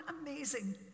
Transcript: amazing